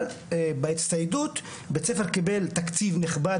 אבל בהצטיידות בית ספר קיבל תקציב נכבד